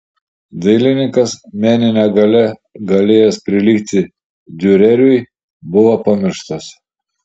dailininkas menine galia galėjęs prilygti diureriui buvo pamirštas